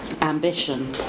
ambition